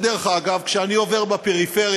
ודרך אגב, כשאני עובר בפריפריה,